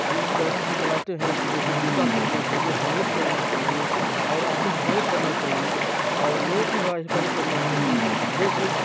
ہم بیٹھ چلاتے ہیں تو جیسے جوتا پہننا چاہیے ہیلمٹ پہننا چاہیے اور اپنی حفاظت کرنا چاہیے اور لوگوں کی حفاظت کرنا چاہیے جیسے